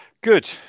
Good